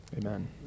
Amen